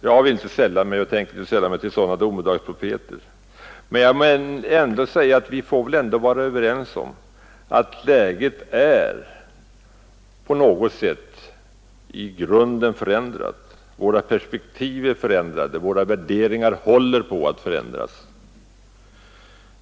Jag tänker inte sälla mig till sådana domedagsprofeter, men jag vill ändå säga att vi får väl vara överens om att läget är på något sätt i grunden förändrat; våra perspektiv är förändrade och våra värderingar håller på att förändras.